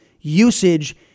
usage